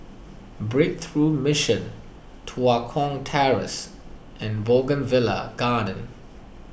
Breakthrough Mission Tua Kong Terrace and Bougainvillea Garden